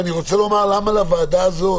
ואני רוצה לומר למה לוועדה הזאת